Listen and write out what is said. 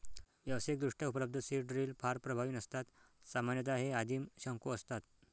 व्यावसायिकदृष्ट्या उपलब्ध seed drill फार प्रभावी नसतात सामान्यतः हे आदिम शंकू असतात